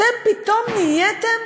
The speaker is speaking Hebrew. אתם פתאום נהייתם